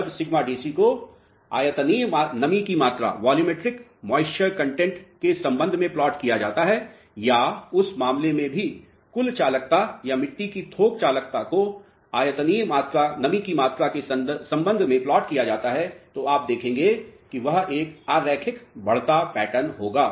जब σDC को आयतनीय नमी की मात्रा के संबंध में प्लॉट किया जाता है या उस मामले में भी कुल चालकता या मिट्टी की थोक चालकता को आयतनीय नमी की मात्रा के संबंध में प्लॉट किया जाता है तो आप देखेंगे कि वह एक अरैखिक बढ़ता पैटर्न होगा